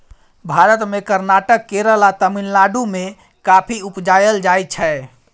भारत मे कर्नाटक, केरल आ तमिलनाडु मे कॉफी उपजाएल जाइ छै